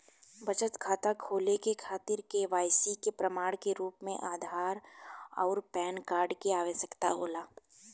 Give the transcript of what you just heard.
बचत खाता खोले के खातिर केवाइसी के प्रमाण के रूप में आधार आउर पैन कार्ड के आवश्यकता होला